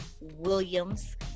Williams